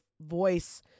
voice